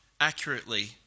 accurately